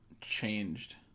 changed